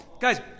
Guys